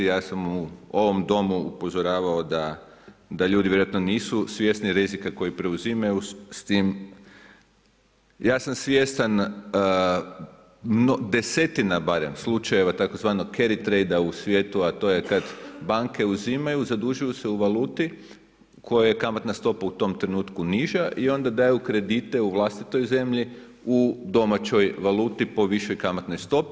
Ja sam u ovom Domu upozoravao da ljudi vjerojatno nisu svjesni rizika kojeg preuzimaju, s tim ja sam svjestan desetina barem slučaja tzv. … a to je kada banke uzimaju, zadužuju se u valuti, koja je kamatna stopa u tom trenutku niža i onda daju kredite u vlastitoj zemlji, u domaćoj valuti, po višoj kamatnoj stopi.